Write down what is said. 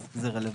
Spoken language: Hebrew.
אז זה רלוונטי.